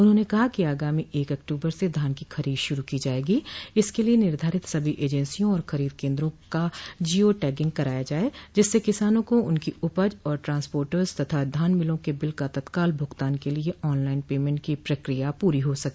उन्होंने कहा कि आगामी एक अक्टूबर से धान की खरीद शुरू की जायेगी इसके लिये निर्धारित सभी एजेंसियों और खरीद केन्द्रों का जिओ टैंगिंग कराया जाये जिससे किसानों को उनकी उपज और ट्रांसपोटर्स तथा धान मिलों के बिल का तत्काल भुगतान के लिये ऑन लाइन पेंमेट की प्रक्रिया पूरी हो सके